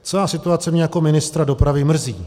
Celá situace mě jako ministra dopravy mrzí.